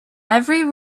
every